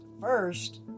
First